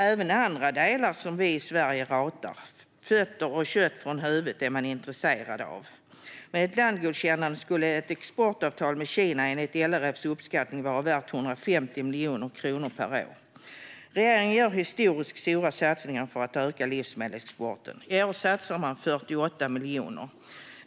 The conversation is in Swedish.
Även andra delar som vi i Sverige ratar, fötter och kött från huvudet, är de intresserade av. Med ett landgodkännande skulle ett exportavtal med Kina enligt LRF:s uppskattning vara värt 150 miljoner kronor per år. Regeringen gör historiskt stora satsningar för att öka livsmedelsexporten. I år satsar man 48 miljoner.